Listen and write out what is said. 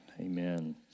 Amen